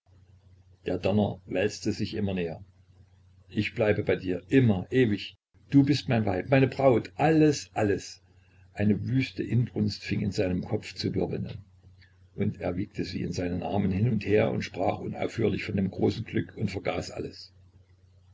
der donner wälzte sich immer näher ich bleibe immer bei dir immer ewig du bist mein weib meine braut alles alles eine wüste inbrunst fing in seinem kopf zu wirbeln an und er wiegte sie in seinen armen hin und her und sprach unaufhörlich von dem großen glück und vergaß alles